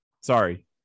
Sorry